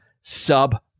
sub